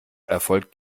erfolgt